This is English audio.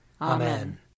Amen